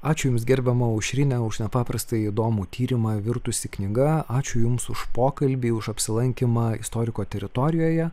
ačiū jums gerbiama aušrine už nepaprastai įdomų tyrimą virtusį knyga ačiū jums už pokalbį už apsilankymą istoriko teritorijoje